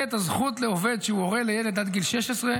את הזכות לעובד שהוא הורה לילד עד גיל 16,